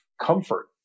comfort